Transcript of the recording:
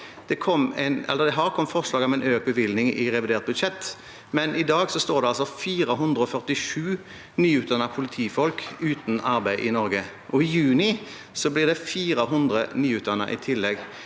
Det har kommet forslag om en økt bevilgning i revidert budsjett, men i dag står altså 447 nyutdannede politifolk uten arbeid i Norge – og i juni blir det 400 nyutdannede i tillegg.